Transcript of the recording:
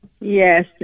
Yes